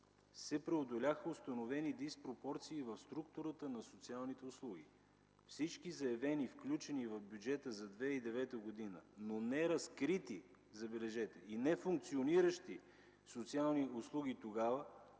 се преодоляха установени диспропорции в структурата на социалните услуги. Всички заявени, включени в бюджета за 2009 г., но неразкрити, забележете, и нефункциониращи социални услуги тогава,